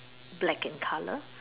black in colour